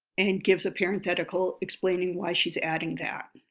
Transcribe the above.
and gives a parenthetical explaining why she's adding that.